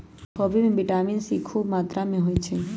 खोबि में vitamin C खूब मत्रा होइ छइ